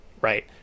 right